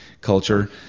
culture